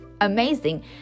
amazing